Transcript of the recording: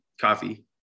coffee